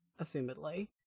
assumedly